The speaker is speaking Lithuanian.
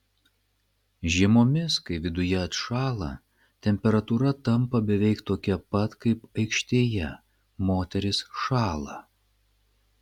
žiemomis kai viduje atšąla temperatūra tampa beveik tokia pat kaip aikštėje moterys šąla